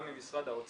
גם ממשרד האוצר,